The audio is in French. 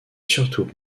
surtout